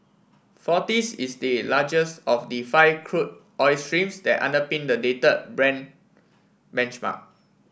forties is the largest of the five crude oil streams that underpin the dated Brent benchmark